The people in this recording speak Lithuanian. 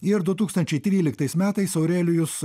ir du tūkstančiai tryliktais metais aurelijus